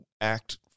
act